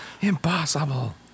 Impossible